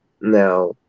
now